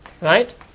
right